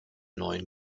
neuen